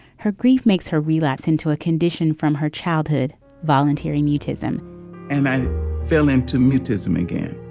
her grief makes her relapse into a condition from her childhood volunteering, mutism and i fell into mutism again.